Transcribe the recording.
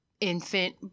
infant